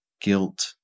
guilt